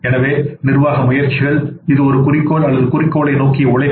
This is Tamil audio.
எனவே நிர்வாக முயற்சிகள் இது ஒரு குறிக்கோள் அல்லது குறிக்கோளை நோக்கிய உழைப்பு